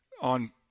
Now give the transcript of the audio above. on